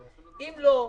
אם לא,